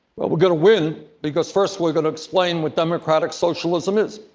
well, we're going to win because, first, we're going to explain what democratic socialism is.